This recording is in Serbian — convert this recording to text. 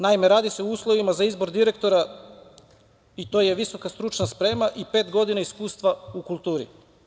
Naime, radi se o uslovima za izbor direktora i to je visoka stručna sprema i pet godina iskustva u kulturi.